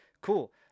Cool